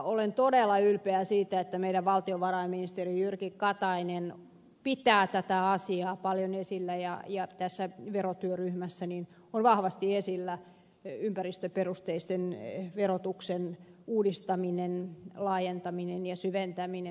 olen todella ylpeä siitä että meidän valtiovarainministeri jyrki katainen pitää tätä asiaa paljon esillä ja tässä verotyöryhmässä on vahvasti esillä ympäristöperusteisen verotuksen uudistaminen laajentaminen ja syventäminen